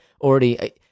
already